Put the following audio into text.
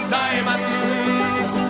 diamonds